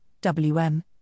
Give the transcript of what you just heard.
WM